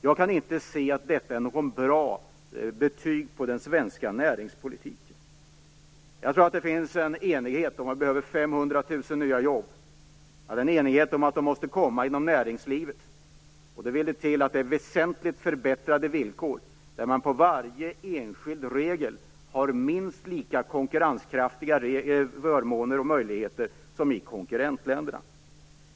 Jag kan inte se att detta är något bra betyg på den svenska näringspolitiken. Det finns en enighet om att det behövs 500 000 nya jobb, och det finns en enighet om att de måste komma inom näringslivet. Då vill det till att det är väsentligt förbättrade villkor där varje enskild regel innebär minst lika konkurrenskraftiga förmåner och möjligheter som i konkurrentländerna.